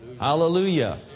Hallelujah